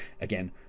Again